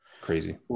crazy